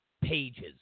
pages